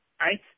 right